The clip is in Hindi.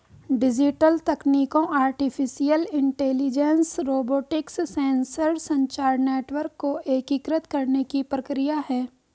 डिजिटल तकनीकों आर्टिफिशियल इंटेलिजेंस, रोबोटिक्स, सेंसर, संचार नेटवर्क को एकीकृत करने की प्रक्रिया है